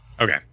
Okay